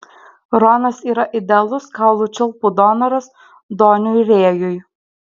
ronas yra idealus kaulų čiulpų donoras doniui rėjui